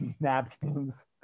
napkins